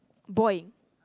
boy